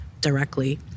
directly